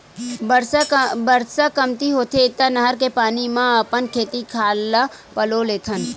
बरसा कमती होथे त नहर के पानी म अपन खेत खार ल पलो लेथन